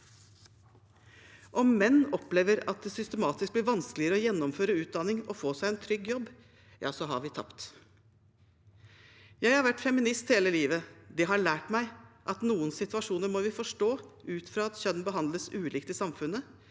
Om menn opplever at det systematisk blir vanskeligere å gjennomføre utdanning og å få seg en trygg jobb, har vi tapt. Jeg har vært feminist hele livet. Det har lært meg at noen situasjoner må vi forstå ut fra at kjønn behandles ulikt i samfunnet,